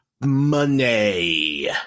money